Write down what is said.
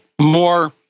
more